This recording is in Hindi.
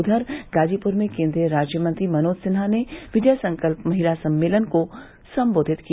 उधर गाजीपुर में केन्द्रीय राज्य मंत्री मनोज सिन्हा ने विजय संकल्प महिला सम्मेलन को संबोधित किया